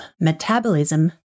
metabolism